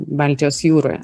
baltijos jūroje